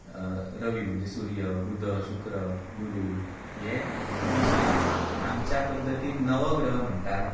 रवी म्हणजें सुर्य बुध शुक्र गुरू हे दुसरे आमच्या पद्दतीन नवग्रह म्हणटात